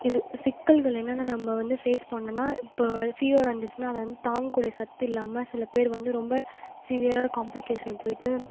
இது சிக்கல்கள் என்னென்னு நம்ம வந்து ஃபேஸ் பண்ணணுன்னா இப்போ ஃபீவர் வந்துச்சுன்னா அதை வந்த தாங்கக்கூடிய சத்தில்லாமல் சில பேர் வந்து ரொம்ப சிவியராக காம்ப்ளிகேஷன் போய்ட்டு